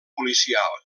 policial